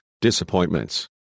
disappointments